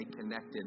connected